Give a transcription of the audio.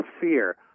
fear